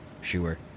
Sure